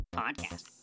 podcast